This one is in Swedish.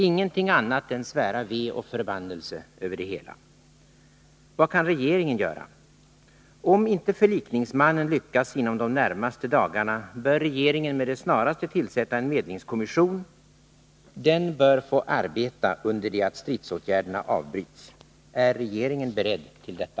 Ingenting annat än svära ve och förbannelse över det hela. Vad kan regeringen göra? Om inte förlikningsmannen lyckas inom de närmaste dagarna, bör regeringen med det snaraste tillsätta en medlingskommission. Den bör få arbeta under det att stridsåtgärderna avbryts. Är regeringen beredd till detta?